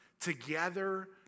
Together